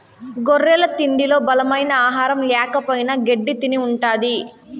గొర్రెల తిండిలో బలమైన ఆహారం ల్యాకపోయిన గెడ్డి తిని ఉంటది